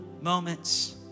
moments